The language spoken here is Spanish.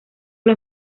los